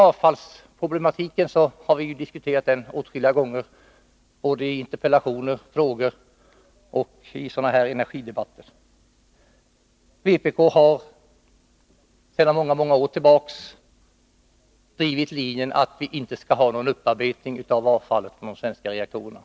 Avfallsproblematiken har vi diskuterat åtskilliga gånger, i interpellationsdebatter, vid frågestunder och i sådana här energidebatter. Vpk har sedan många år tillbaka drivit linjen att vi inte skall ha någon upparbetning av avfallet från de svenska reaktorerna.